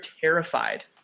terrified